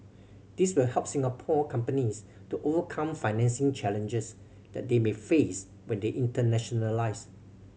these will help Singapore companies to overcome financing challenges that they may face when they internationalise